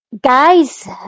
Guys